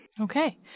Okay